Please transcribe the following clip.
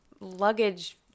luggage